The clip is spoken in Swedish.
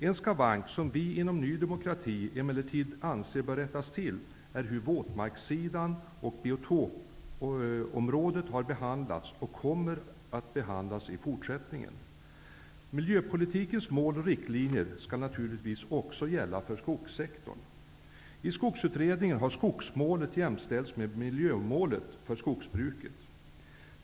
En skavank som vi inom Ny demokrati emellertid anser bör rättas till är behandlingen av frågorna om våtmarker och biotoper förr och i fortsättningen. Miljöpolitikens mål och riktlinjer skall naturligtvis också gälla för skogssektorn. I Skogsutredningen har skogsmålet jämställts med miljömålet för skogsbruket.